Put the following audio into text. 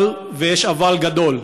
אבל, ויש אבל גדול: